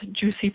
juicy